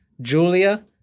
Julia